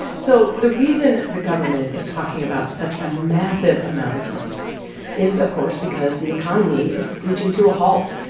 so the reason the government is talking about such a massive amount of money is, of course, because the economy is screeching to a halt.